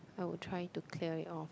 I will try to clear it off